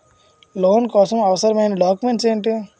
Loan కోసం అవసరమైన documents ఎంటి?